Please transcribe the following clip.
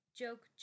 joke